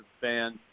fans